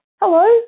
hello